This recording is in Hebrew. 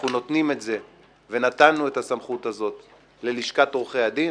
נתנו את הסמכות הזאת ללשכת עורכי הדין,